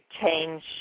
change